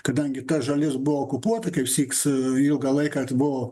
kadangi ta žalis buvo okupuota kaipsyk su ilgą laiką atbuvo